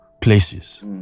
places